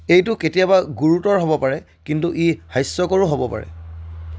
এইটো কেতিয়াবা গুৰুতৰ হ'ব পাৰে কিন্তু ই হাস্যকৰো হ'ব পাৰে